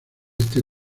este